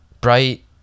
bright